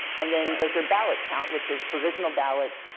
and then does your ballot count, which is provisional ballots,